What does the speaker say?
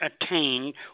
attained